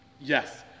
Yes